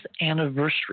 anniversary